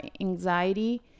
anxiety